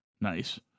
Nice